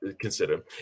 consider